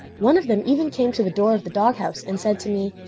one of them even came to the door of the doghouse and said to me,